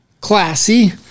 classy